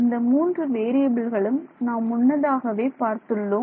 இந்த மூன்று வேறியபில்களும் நாம் முன்னதாகவே பார்த்துள்ளோம்